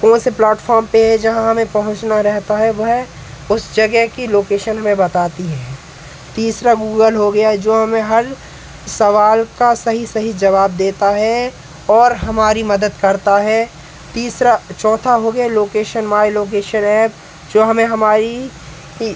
कौन से प्लेटफार्म पर है जहाँ हमें पहुँचना रहता है वह उस जगह की लोकेशन हमें बताती है तीसरा गूगल हो गया जो हमें हर सवाल का सही सही जवाब देता है और हमारी मदद करता है तीसरा चौथा हो गया लोकेशन माय लोकेशन एप जो हमें हमारी